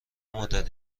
مدت